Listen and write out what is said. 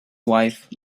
wife